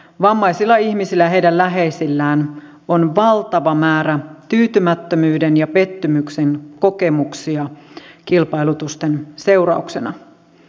vammaisilla ihmisillä ja heidän läheisillään on valtava määrä tyytymättömyyden ja pettymyksen kokemuksia kilpailutusten seurauksena